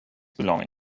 belongings